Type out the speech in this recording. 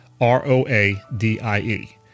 R-O-A-D-I-E